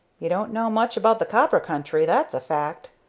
you don't know much about the copper country, that's a fact,